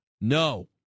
No